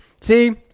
See